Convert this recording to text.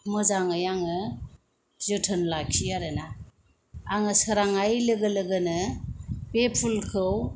मोजाङै आङो जोथोन लाखियो आरोना आङो सोरांनाय लोगो लोगोनो बे फुलखौ